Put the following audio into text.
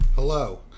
Hello